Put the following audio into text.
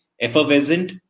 effervescent